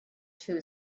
two